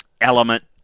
element